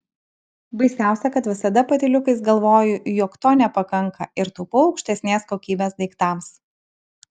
baisiausia kad visada patyliukais galvoju jog to nepakanka ir taupau aukštesnės kokybės daiktams